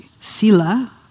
sila